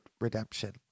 Redemption